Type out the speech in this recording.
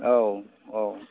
औ औ